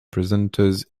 presenters